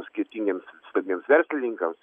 skirtingiems svarbiems verslininkams